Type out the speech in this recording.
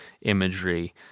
imagery